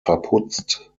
verputzt